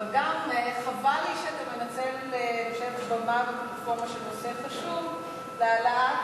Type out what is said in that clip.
אבל גם חבל לי שאתה מנצל במה ופלטפורמה של נושא חשוב להעלאת